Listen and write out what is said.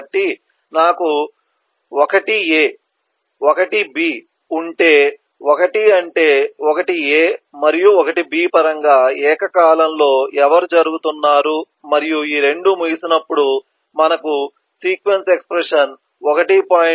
కాబట్టి నాకు 1a 1 B ఉంటే 1 అంటే 1 ఎ మరియు 1 బి పరంగా ఏకకాలంలో ఎవరు జరుగుతున్నారు మరియు ఈ రెండూ ముగిసినప్పుడు మనకు సీక్వెన్స్ ఎక్స్ప్రెషన్ 1